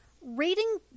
reading